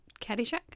Caddyshack